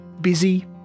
Busy